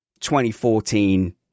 2014